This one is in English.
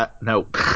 nope